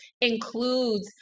includes